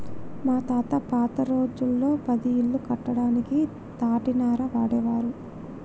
మా తాత పాత రోజుల్లో పది ఇల్లు కట్టడానికి తాటినార వాడేవారు